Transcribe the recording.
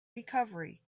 recovery